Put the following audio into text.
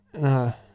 no